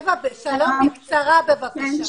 אווה, שלום, בקצרה בבקשה.